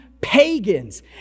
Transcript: pagans